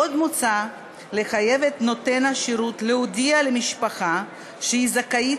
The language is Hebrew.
עוד מוצע לחייב את נותן השירות להודיע למשפחה שהיא זכאית